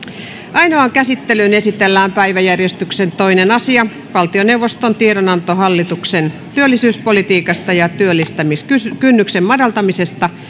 ainoaan käsittelyyn esitellään päiväjärjestyksen toinen asia valtioneuvoston tiedonanto hallituksen työllisyyspolitiikasta ja työllistämiskynnyksen madaltamisesta